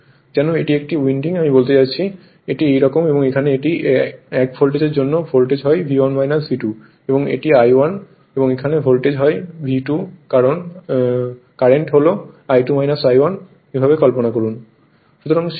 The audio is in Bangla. যেন এটি একটি উইন্ডিং আমি বলতে চাচ্ছি এটি এইরকম এবং এখানে এটি এই এক ভোল্টেজের জন্য ভোল্টেজ হয় V1 V2 এবং এটি I1 এবং এখানে ভোল্টেজ হল V2 কারেন্ট হল I2 I1 এভাবে কল্পনা করুন